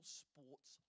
sports